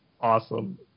awesome